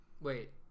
Wait